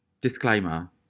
Disclaimer